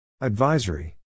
Advisory